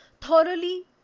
Thoroughly